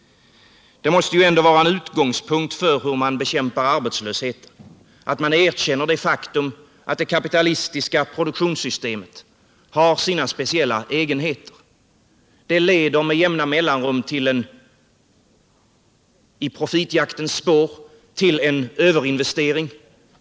Det måste ändå vara en utgångspunkt för hur man bekämpar arbetslöshet att man erkänner det faktum att det kapitalistiska produktionssystemet har sina speciella egenheter. Det leder med jämna mellanrum i profitjaktens spår till en överinvestering.